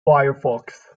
firefox